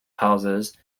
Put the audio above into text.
houses